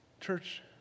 Church